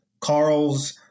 Carl's